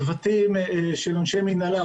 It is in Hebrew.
צוותים של אנשי מנהלה,